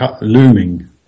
looming